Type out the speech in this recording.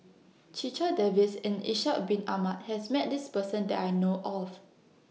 Checha Davies and Ishak Bin Ahmad has Met This Person that I know of